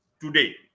today